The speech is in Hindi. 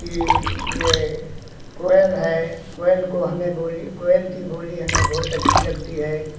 कि ये कोयल है कोयल को हमें कोयल की बोली हमें बहुत अच्छी लगती है